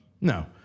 no